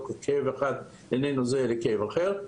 כאב אחד איננו זהה לכאב אחר.